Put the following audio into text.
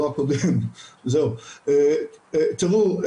תראו,